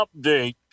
update